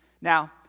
Now